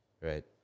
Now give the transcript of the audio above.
Right